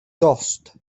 dost